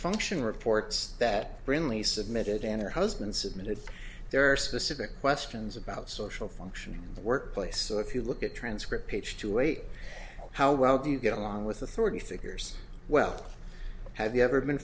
function reports that brinley submitted and her husband submitted there are specific questions about social function in the workplace so if you look at transcript page two eight how well do you get along with authority figures well have you ever been